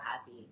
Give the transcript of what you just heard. happy